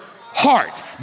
heart